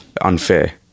unfair